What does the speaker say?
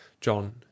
JOHN